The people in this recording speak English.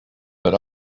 but